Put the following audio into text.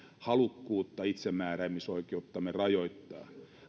halukkuutta itsemääräämisoikeuttamme rajoittaa